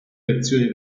lezioni